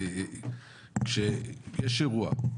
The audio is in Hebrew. כאשר יש אירוע,